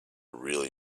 really